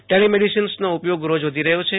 ટેલિમેડીસીન્સનો ઉપયોગ રોજ વધી રહ્યો છે